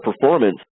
performance